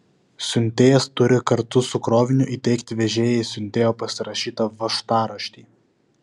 siuntėjas turi kartu su kroviniu įteikti vežėjui siuntėjo pasirašytą važtaraštį